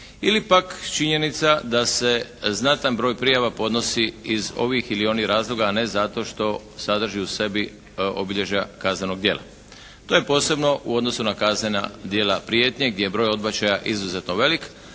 ili pak činjenica da se znatan broj prijava podnosi iz ovih ili onih razloga, a ne zato što sadrži u sebi obilježja kaznenog djela. To je posebno u odnosu na kaznena dijela prijetnje gdje je broj odbačaja izuzetno velik,